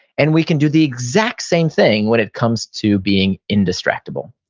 and we can do the exact same thing when it comes to being indistractable